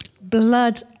blood